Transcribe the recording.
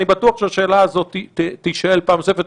אני בטוח שהשאלה הזאת תישאל פעם נוספת.